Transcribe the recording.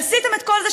שעשיתם את כל זה,